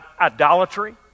idolatry